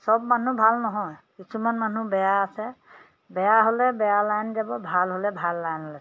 সব মানুহ ভাল নহয় কিছুমান মানুহ বেয়া আছে বেয়া হ'লে বেয়া লাইনলৈ যাব ভাল হ'লে ভাল লাইনলৈ ল'ব